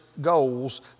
goals